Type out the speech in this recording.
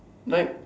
like